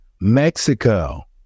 Mexico